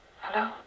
hello